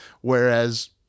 Whereas